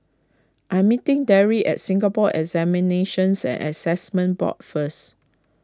I am meeting Darry at Singapore Examinations and Assessment Board first